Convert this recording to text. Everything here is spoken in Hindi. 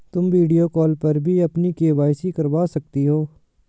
तुम वीडियो कॉल पर भी अपनी के.वाई.सी करवा सकती हो